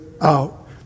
out